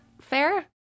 fair